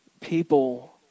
people